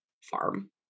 farm